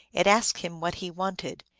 it asked him what he wanted.